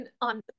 on